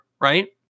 right